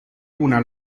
una